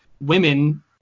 women